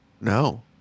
No